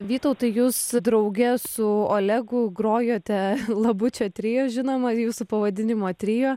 vytautai jūs drauge su olegu grojote labučio trio žinoma jūsų pavadinimą trio